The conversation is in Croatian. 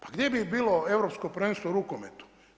Pa gdje bi bilo Europsko prvenstvo u rukometu?